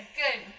good